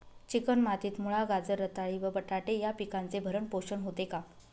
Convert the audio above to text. Chicken मातीत मुळा, गाजर, रताळी व बटाटे या पिकांचे भरण पोषण होते का?